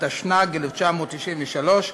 התשנ"ג 1993,